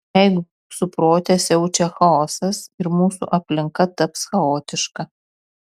jeigu mūsų prote siaučia chaosas ir mūsų aplinka taps chaotiška